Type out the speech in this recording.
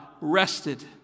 rested